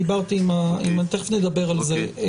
כי דיברתי עם תכף נדבר על זה.